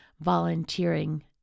volunteering